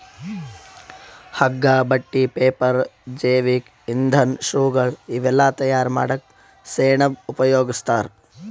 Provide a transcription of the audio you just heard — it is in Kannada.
ಹಗ್ಗಾ ಬಟ್ಟಿ ಪೇಪರ್ ಜೈವಿಕ್ ಇಂಧನ್ ಶೂಗಳ್ ಇವೆಲ್ಲಾ ತಯಾರ್ ಮಾಡಕ್ಕ್ ಸೆಣಬ್ ಉಪಯೋಗಸ್ತಾರ್